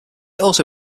also